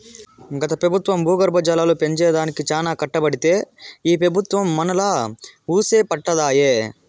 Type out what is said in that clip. గత పెబుత్వం భూగర్భ జలాలు పెంచే దానికి చానా కట్టబడితే ఈ పెబుత్వం మనాలా వూసే పట్టదాయె